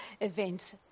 event